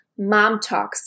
MOMTALKS